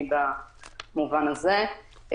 והוא נותן לנו את התוצאה המיוחדת במובן הזה שאנחנו